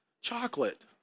chocolate